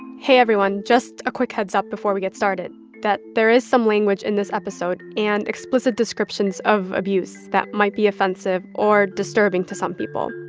hey, everyone, just a quick heads-up before we get started that there is some language in this episode and explicit descriptions of abuse that might be offensive or disturbing to some people.